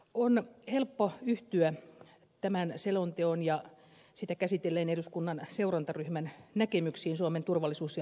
on helppo yhtyä tämän selonteon ja sitä käsitelleen eduskunnan seurantaryhmän näkemyksiin suomen turvallisuus ja puolustuspolitiikan peruslinjauksista